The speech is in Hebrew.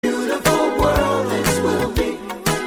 ♪ Beautiful world this will be ♪